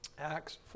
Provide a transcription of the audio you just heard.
Acts